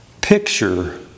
Picture